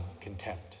contempt